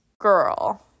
girl